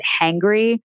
hangry